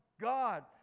God